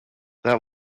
that